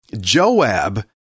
Joab